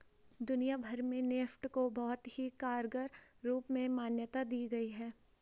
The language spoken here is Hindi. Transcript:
दुनिया भर में नेफ्ट को बहुत ही कारगर रूप में मान्यता दी गयी है